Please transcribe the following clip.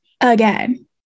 again